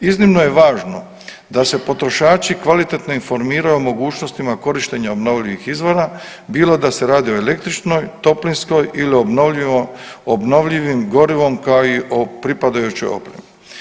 Iznimno je važno da se potrošači kvalitetno informiraju o mogućnostima korištenja obnovljivih izvora bilo da se radi o električnoj, toplinskoj ili obnovljivim gorivom, kao i o pripadajućoj opremi.